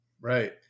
Right